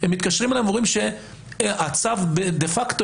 הם מתקשרים אלינו ואומרים שהצו דה-פקטו